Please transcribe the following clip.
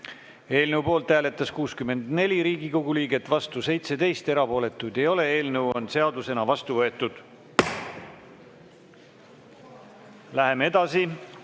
Eelnõu poolt hääletas 64 Riigikogu liiget, vastu 17, erapooletuid ei ole. Eelnõu on seadusena vastu võetud. Läheme edasi.